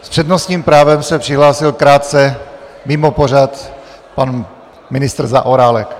S přednostním právem se přihlásil krátce mimo pořad pan ministr Zaorálek.